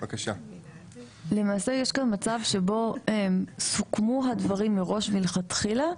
יש כאן מצב שבו סוכמו הדברים מראש מלכתחילה,